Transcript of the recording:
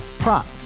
Prop